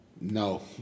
no